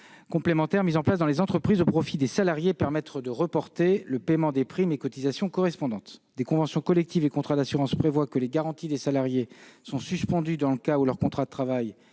complémentaire mise en place dans les entreprises au profit des salariés et permettre de reporter le paiement des primes et cotisations correspondantes. Des conventions collectives et des contrats d'assurance prévoient que les garanties des salariés sont suspendues dans le cas où leur contrat de travail